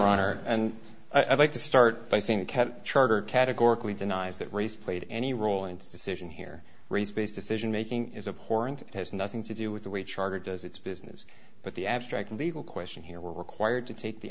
honor and i'd like to start by saying that ken charter categorically denies that race played any role in this decision here race based decision making is a poor and has nothing to do with the way charter does its business but the abstract legal question here we're required to take the